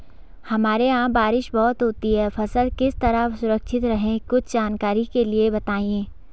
हमारे यहाँ बारिश बहुत होती है फसल किस तरह सुरक्षित रहे कुछ जानकारी के लिए बताएँ?